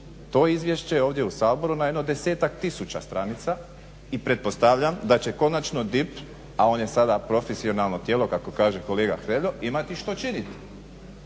to izvješće ovdje u saboru na jedno desetak tisuća stranica i pretpostavljam da će konačno DIP a on je sad profesionalno tijelo kako kaže kolega Hrelja imati što činiti.